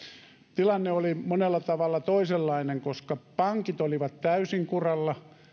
tilanne oli monella tavalla toisenlainen koska pankit olivat täysin kuralla